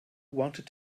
wanted